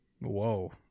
Whoa